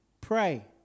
Pray